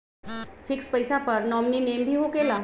Fix पईसा पर nominee name भी होकेला?